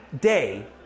day